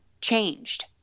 changed